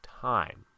time